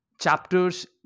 chapters